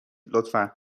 لطفا